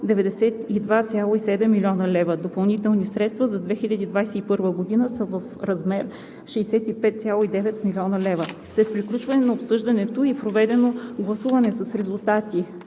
592,7 млн. лв. Допълнителните средства за 2021 г. са в размер на 65,9 млн. лв. След приключване на обсъждането и проведено гласуване с резултати: